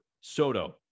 Soto